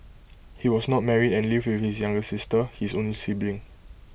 he was not married and lived with his younger sister his only sibling